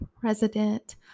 president